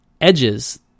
edges